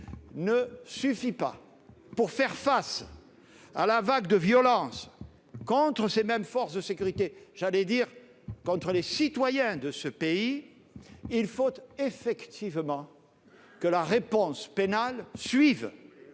pas. Pour faire face à la vague de violence contre ces mêmes forces de sécurité, et, au-delà, contre les citoyens de ce pays, il faut aussi que la réponse pénale suive.